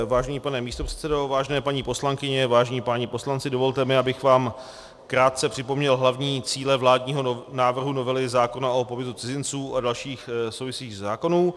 Vážený pane místopředsedo, vážené paní poslankyně, vážení páni poslanci, dovolte mi, abych vám krátce připomněl hlavní cíle vládního návrhu novely zákona o pobytu cizinců a dalších souvisejících zákonů.